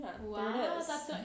Wow